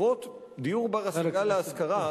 דיור בר-השגה להשכרה,